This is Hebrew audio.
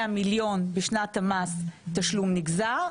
100 מיליון בשנת המס תשלום נגזר,